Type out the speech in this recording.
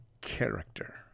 character